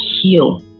heal